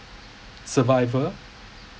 survivor